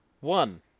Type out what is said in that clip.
one